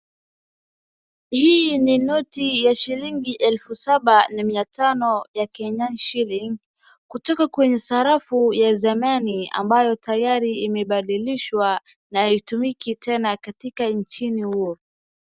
Hii ni noti ya shilingi elfu saba na mia tano ya Kenya shilings .Kutoka kwenye sarafu ya zamani ambayo tayari imebadilishwa na haitumiki tena katika nchini huo.